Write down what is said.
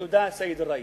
תודה, אדוני היושב-ראש.